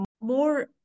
more